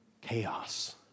Chaos